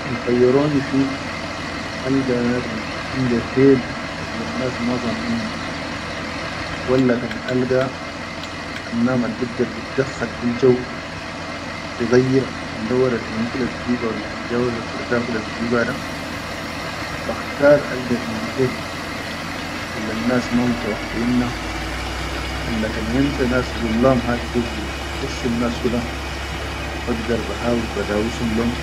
Kan khayyaroni fi alga nadum inda hel allal nas mi zannina walla kan alga annam al bigdar biddakhal fi jaw, bi gayyira kan dauwaral hemu kula bi jiba walla kan jaba dol bar da kula bi jiba da bakhtar alga indi hel allal nas ma mutawakiyin na alla kan yen ta nas zullam hadi jo bi khushun nas kula bagdar ba hawil ba dawisum lehum.